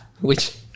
Which-